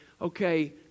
okay